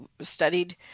studied